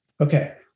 Okay